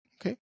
okay